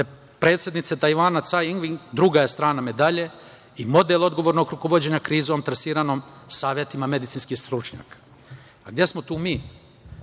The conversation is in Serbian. predsednice Tajvana Caj Ingven druga je strana medalje i model odgovornog rukovođenja krizom trasiranom savetima medicinskih stručnjaka. Gde smo tu mi?